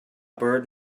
bird